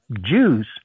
Jews